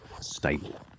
stable